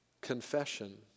confession